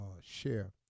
share